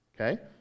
okay